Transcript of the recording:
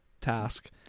task